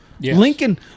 Lincoln